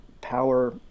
power